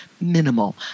minimal